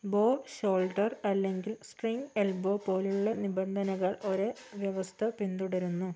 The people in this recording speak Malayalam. ബോ ഷോൾഡർ അല്ലെങ്കിൽ സ്ട്രിംഗ് എൽബോ പോലുള്ള നിബന്ധനകൾ ഒരേ വ്യവസ്ഥ പിന്തുടരുന്നു